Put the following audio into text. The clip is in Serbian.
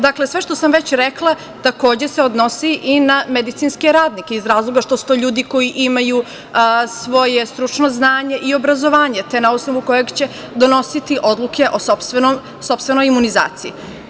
Dakle, sve što sam već rekla takođe se odnosi i na medicinske radnike iz razloga što su to ljudi koji imaju svoje stručno znanje i obrazovanje, te na osnovu kojeg će donositi odluke o sopstvenoj imunizaciji.